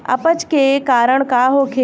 अपच के कारण का होखे?